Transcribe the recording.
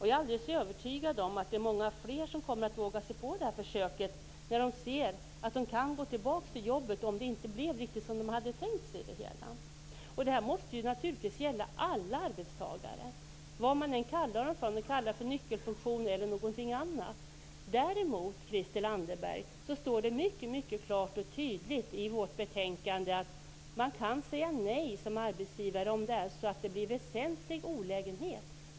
Jag är helt övertygad om att många fler kommer att våga sig på detta försök när de vet att de kan gå tillbaka till jobbet om det inte blir som de hade tänkt sig det hela. Det måste naturligtvis gälla alla arbetstagare, vad de än kallas, om det är personer med nyckelfunktion eller någonting annat. Däremot står det mycket klart och tydligt i vårt betänkande att en arbetsgivare kan säga nej om det blir en väsentlig olägenhet.